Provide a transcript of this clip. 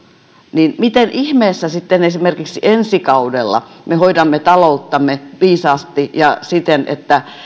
niin miten ihmeessä sitten esimerkiksi ensi kaudella me hoidamme talouttamme viisaasti ja siten että